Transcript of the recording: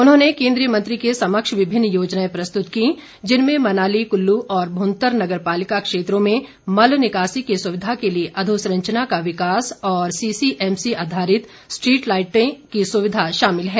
उन्होंने केंद्रीय मंत्री के समक्ष विभिन्न योजनाएं प्रस्तुत की जिनमें मनाली कुल्लू और भुंतर नगर पालिका क्षेत्रों में मल निकासी की सुविधा के लिए अधोसंरचना का विकास और सीसीएमएस आधारित स्ट्रीट लाईट की सुविधा शामिल है